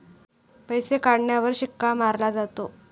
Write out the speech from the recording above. पैसे काढण्यावर शिक्का मारला जातो